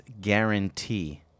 guarantee